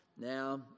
Now